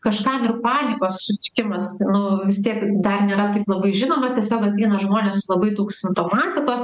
kažkam ir panikos sutrikimas nu vis tiek dar nėra taip labai žinomas tiesiog ateina žmonės su labai daug simptomatikos